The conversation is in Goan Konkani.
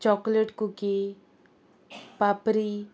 chocolate cookie papri